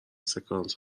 سکانس